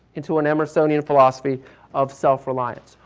into an emersonian philosophy of self reliance.